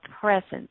presence